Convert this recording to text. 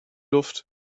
luft